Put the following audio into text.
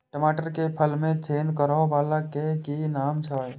टमाटर के फल में छेद करै वाला के कि नाम छै?